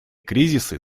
кризисы